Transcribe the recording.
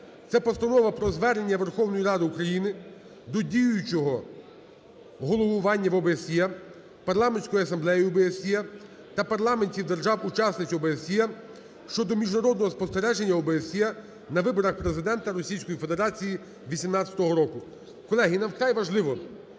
це постанова про звернення Верховної Ради України до діючого головування в ОБСЄ, Парламентської асамблеї ОБСЄ та парламентів держав-учасниць ОБСЄ щодо міжнародного спостереження ОБСЄ на виборах Президента Російської Федерації 2018 року. Колеги, і нам вкрай важливо